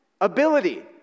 Ability